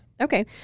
Okay